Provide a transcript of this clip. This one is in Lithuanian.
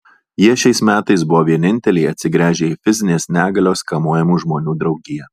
jie šiais metais buvo vieninteliai atsigręžę į fizinės negalios kamuojamų žmonių draugiją